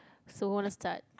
so let's start